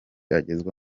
agezwa